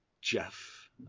Jeff